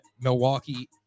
Milwaukee